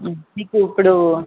మీకు ఇపుడు